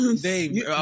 Dave